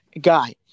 guy